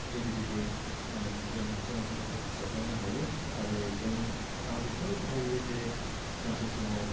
जुगिदिबो जों समाजफोरखौ फोसाबलांनो हायो आरो जों आं बेखौनो फोथायो जे सानसे समाव